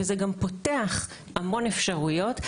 וזה גם פותח המון אפשרויות.